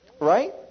Right